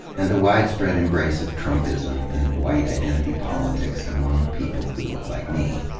and the widespread embrace of trumpism and white identity politics among people who look like me.